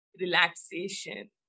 relaxation